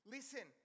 Listen